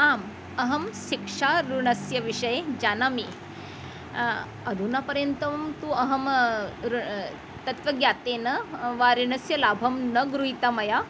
आम् अहं शिक्षा ऋणस्य विषये जानामि अधुना पर्यन्तं तु अहं ऋणं तत्त्वज्ञानेन वा ऋणस्य लाभं न गृहीतवती मया